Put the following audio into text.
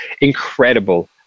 incredible